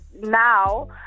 now